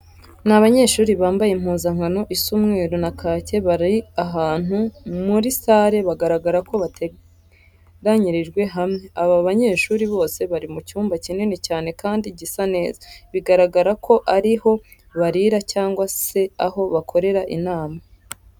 Ni abanyeshuri bambaye impuzankano isa umweru na kake bari ahantumu muri sale bigaragara ko bateranyirijwe hamwe. Aba banyeshuri bose bari mu cyumba kinini cyane kandi gisa neza, biragaragara ko ari aho barira cyangwa se aho bakorera inama.